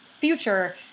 future